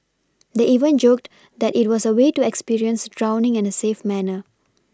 they even joked that it was a way to experience drowning in a safe manner